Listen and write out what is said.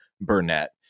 Burnett